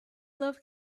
love